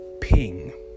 ping